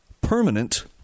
permanent